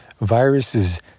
viruses